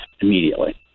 immediately